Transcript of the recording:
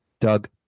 Doug